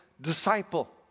disciple